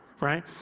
right